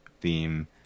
theme